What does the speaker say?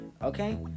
okay